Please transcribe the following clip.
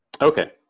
Okay